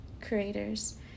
creators